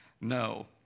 no